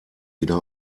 wieder